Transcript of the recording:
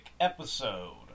episode